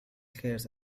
خرس